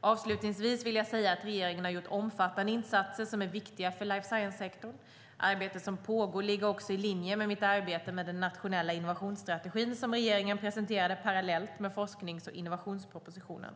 Avslutningsvis vill jag säga att regeringen har gjort omfattande insatser som är viktiga för life science-sektorn. Arbetet som pågår ligger också i linje med mitt arbete med Nationella innovationsstrategin som regeringen presenterade parallellt med forsknings och innovationspropositionen.